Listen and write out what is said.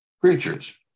creatures